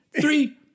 three